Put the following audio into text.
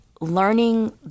Learning